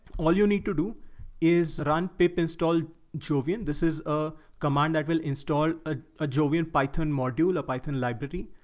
all you need to do is run pip install jovian. this is a command that will install the ah ah jovian python module, a python library.